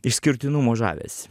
išskirtinumo žavesį